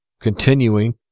continuing